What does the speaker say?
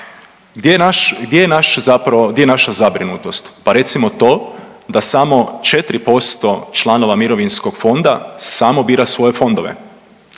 Gdje je naša zabrinutost? Pa recimo to da samo 4% članova mirovinskog fonda samo bira svoje fondove,